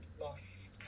loss